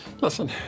listen